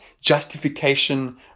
justification